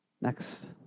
Next